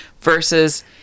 versus